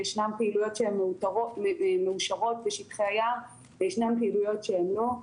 ישנן פעילויות שהן מאושרות בשטחי היער וישנן פעילויות שהן לא.